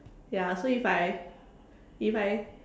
ya so if I if I